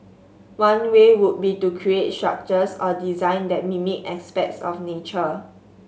one way would be to create structures or designs that mimic aspects of nature